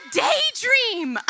daydream